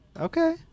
Okay